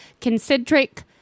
concentric